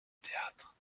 théâtre